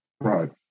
Right